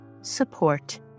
support